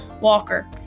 Walker